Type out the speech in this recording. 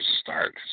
start